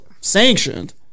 sanctioned